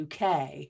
UK